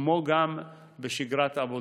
כמו גם בשגרת עבודה.